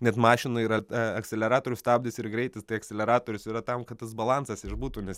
net mašinoj yra akseleratorius stabdis ir greitis tai akseleratorius yra tam kad tas balansas išbūtų nes